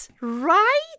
Right